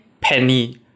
penny